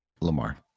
Lamar